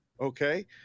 okay